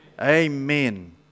Amen